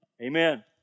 Amen